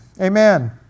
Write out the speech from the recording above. Amen